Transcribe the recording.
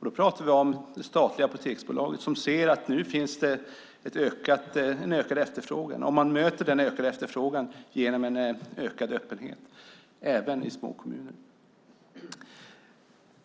Då pratar vi om det statliga Apoteksbolaget som ser att det nu finns en ökad efterfrågan, och den ökade efterfrågan möter man genom utökat öppethållande även i små kommuner.